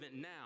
now